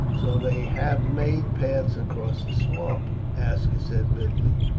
so they have made paths across the swamp, aska said bitterly,